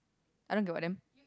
I don't give a damn